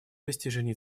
достижению